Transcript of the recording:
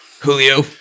julio